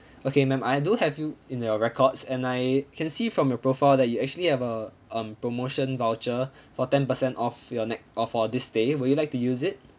okay ma'am I do have you in your records and I can see from your profile that you actually have a um promotion voucher for ten percent off your next or for this stay would you like to use it